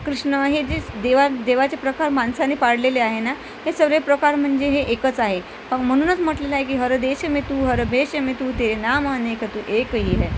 कृष्ण हे जे देवाचे देवाचे प्रकार माणसाने पाडलेले आहे ना हे सगळे प्रकार म्हणजे हे एकच आहे म्हणूनच म्हटलेलं आहे की हर देश मे तू हर भेश मे तू तेरे नाम अनेक तू एकही है